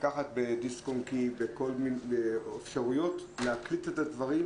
לקחת בדיסק-און-קי או באפשרויות אחרות להקליט את הדברים,